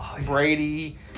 Brady